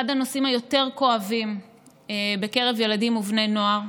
אחד הנושאים היותר-כואבים בקרב ילדים ובני נוער,